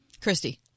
Christy